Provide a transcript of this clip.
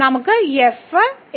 നമുക്ക് എഫ്